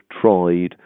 tried